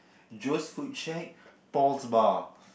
Joe's food shack Paul's bar